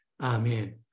Amen